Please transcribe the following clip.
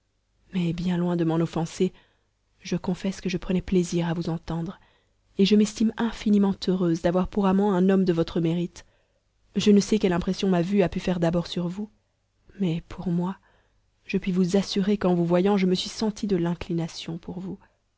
mais bien loin de m'en offenser je confesse que je prenais plaisir à vous entendre et je m'estime infiniment heureuse d'avoir pour amant un homme de votre mérite je ne sais quelle impression ma vue a pu faire d'abord sur vous mais pour moi je puis vous assurer qu'en vous voyant je me suis sentie de l'inclination pour vous